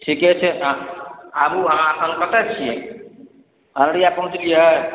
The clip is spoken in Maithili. ठीके छै तऽ आबू अहाँ एखन कतऽ छी अररिया पहुँचलियै